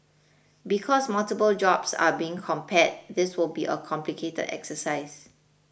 because multiple jobs are being compared this will be a complicated exercise